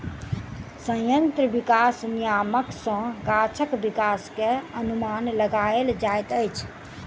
संयंत्र विकास नियामक सॅ गाछक विकास के अनुमान लगायल जाइत अछि